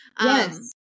Yes